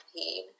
pain